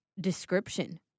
description